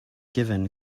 given